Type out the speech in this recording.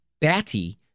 batty